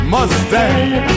Mustang